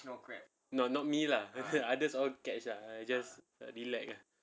no not not me lah then the others all catch lah I just relax ah